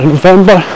November